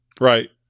Right